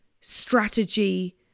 strategy